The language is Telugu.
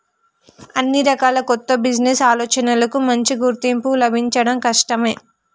అన్ని రకాల కొత్త బిజినెస్ ఆలోచనలకూ మంచి గుర్తింపు లభించడం కష్టమే